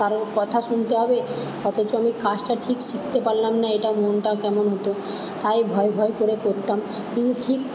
তারও কথা শুনতে হবে অথচ আমি কাজটা ঠিক শিখতে পারলাম না এটা মনটা কেমন হতো তাই ভয় ভয় করে করতাম কিন্তু ঠিক